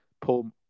pull